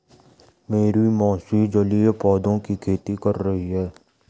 मेरी मौसी जलीय पौधों की खेती कर रही हैं